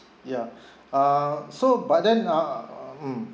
ya err so but then uh um